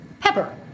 pepper